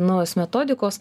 naujos metodikos